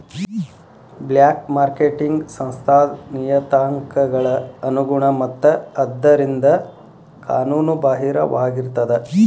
black marketing ಸಂಸ್ಥಾದ್ ನಿಯತಾಂಕಗಳ ಅನುಗುಣ ಮತ್ತ ಆದ್ದರಿಂದ ಕಾನೂನು ಬಾಹಿರವಾಗಿರ್ತದ